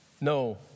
no